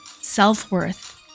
self-worth